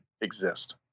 exist